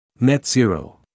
Net-zero